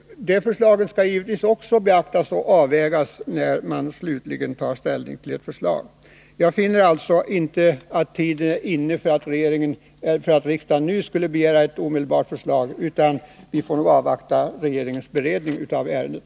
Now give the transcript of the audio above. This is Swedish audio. Det förslaget skall givetvis också beaktas och tas med i avvägningen när riksdagen skall ta slutgiltig ställning. Jag finner alltså att tiden inte nu är inne för riksdagen att begära ett förslag omedelbart, utan vi får avvakta regeringens beredning av ärendet.